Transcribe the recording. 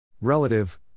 Relative